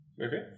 Okay